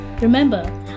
Remember